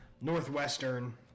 Northwestern